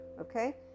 okay